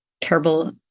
Terrible